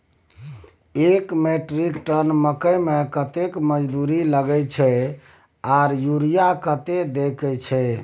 एक metric ton मकई में कतेक मजदूरी लगे छै आर यूरिया कतेक देके छै?